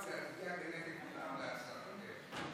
ותועבר להמשך טיפול בוועדת ביטחון הפנים.